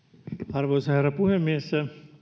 arvoisa herra puhemies